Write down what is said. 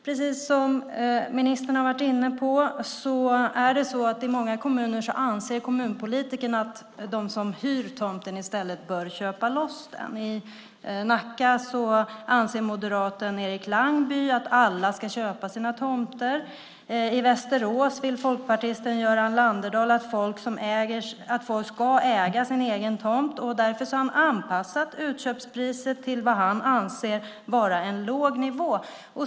Precis som ministern har varit inne på anser i många kommuner kommunpolitikerna att de som hyr tomten i stället bör köpa loss den. I Nacka anser moderaten Erik Langby att alla ska köpa sina tomter. I Västerås vill folkpartisten Göran Landerdahl att folk ska äga sin egen tomt. Därför har man anpassat utköpspriset till vad han anser vara en låg nivå.